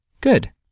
Good